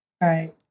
Right